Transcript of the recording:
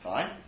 Fine